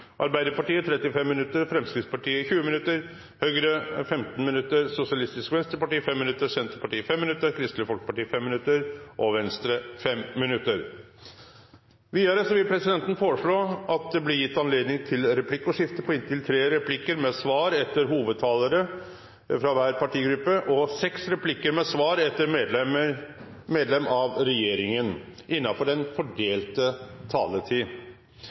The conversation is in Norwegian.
Arbeidarpartiet 35 minutt, Framstegspartiet 20 minutt, Høgre 15 minutt, Sosialistisk Venstreparti 5 minutt, Senterpartiet 5 minutt, Kristeleg Folkeparti 5 minutt og Venstre 5 minutt. Vidare vil presidenten foreslå at det blir gjeve anledning til replikkordskifte på inntil tre replikkar med svar etter innlegg av hovudtalarane frå kvar partigruppe og seks replikkar med svar etter innlegg frå medlem av regjeringa innanfor den fordelte